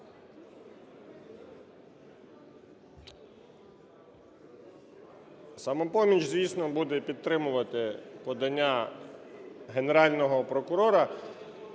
"Самопоміч", звісно, буде підтримувати подання Генерального прокурора,